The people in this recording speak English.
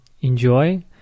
enjoy